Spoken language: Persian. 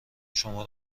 شما